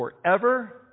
forever